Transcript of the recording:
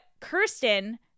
Kirsten